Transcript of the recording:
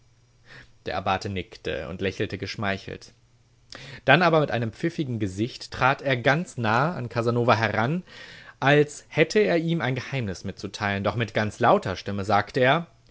der abbate nickte und lächelte geschmeichelt dann aber mit einem pfiffigen gesicht trat er ganz nahe an casanova heran als hätte er ihm ein geheimnis mitzuteilen doch mit ganz lauter stimme sagte er